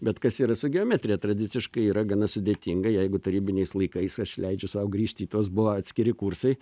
bet kas yra su geometrija tradiciškai yra gana sudėtinga jeigu tarybiniais laikais aš leidžiu sau grįžti į tuos buvo atskiri kursai